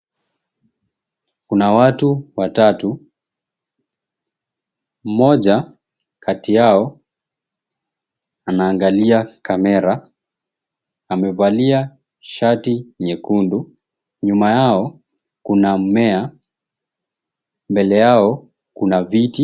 Kuna watu watatu. Mmoja kati yao anaangalia kamera. Amevalia shati nyekundu. Nyuma yao kuna mmea. Mbele yao kuna viti.